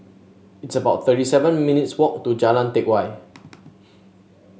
it's about thirty seven minutes' walk to Jalan Teck Whye